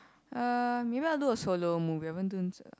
uh maybe I'll do a solo movie I haven't do it in